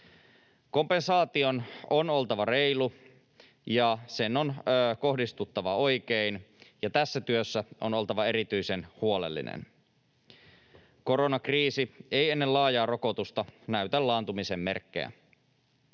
Kompensaation on oltava reilu, ja sen on kohdistuttava oikein, ja tässä työssä on oltava erityisen huolellinen. Koronakriisi ei ennen laajaa rokotusta näytä laantumisen merkkejä.